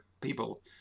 people